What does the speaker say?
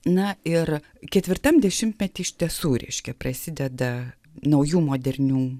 na ir ketvirtam dešimtmetyje iš tiesų reiškia prasideda naujų modernių